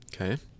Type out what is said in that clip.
Okay